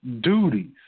duties